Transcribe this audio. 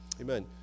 Amen